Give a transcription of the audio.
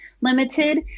limited